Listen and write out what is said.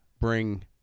bring